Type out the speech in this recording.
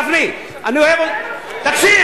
גפני, אני אוהב, אתם עשיתם את זה.